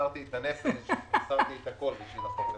מסרתי את הנפש, מסרתי את הכול על החוק הזה.